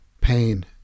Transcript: pain